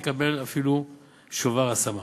הוא יקבל אפילו שובר השמה.